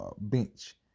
bench